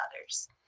others